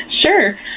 Sure